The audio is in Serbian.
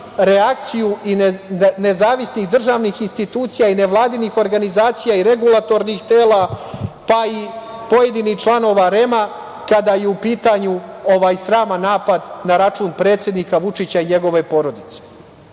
reakciju nezavisnih državnih institucija i nevladinih organizacija i regulatornih tela, pa i pojedinih članova REM-a kada je u pitanju ovaj sraman napad na račun predsednika Vučića i njegove porodice. Dakle,